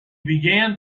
began